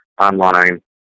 online